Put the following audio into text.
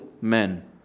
men